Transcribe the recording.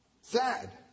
Sad